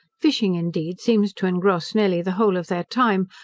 fishing, indeed, seems to engross nearly the whole of their time,